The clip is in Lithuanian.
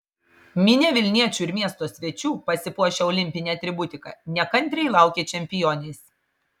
minia vilniečių ir miesto svečių pasipuošę olimpine atributika nekantriai laukė čempionės